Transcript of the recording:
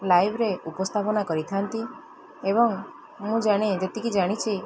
ଲାଇଭ୍ରେ ଉପସ୍ଥାପନା କରିଥାନ୍ତି ଏବଂ ମୁଁ ଜାଣେ ଯେତିକି ଜାଣିଛି